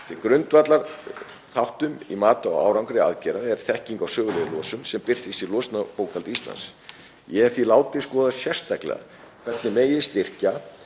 Grundvallarþáttur í mati á árangri aðgerða er þekking á sögulegri losun sem birtist í losunarbókhaldi Íslands. Ég hef því látið skoða sérstaklega hvernig megi styrkja